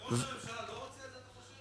וראש הממשלה לא רוצה את זה, אתה חושב?